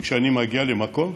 וכשאני מגיע למקום,